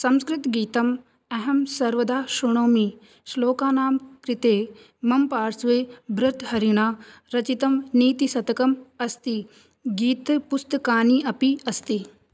संस्कृतगीतम् अहं सर्वदा शृणोमि श्लोकानां कृते मम पार्श्वे भृर्तहरिणा रचितं नीतिशतकमस्ति गीतपुस्तकानि अपि अस्ति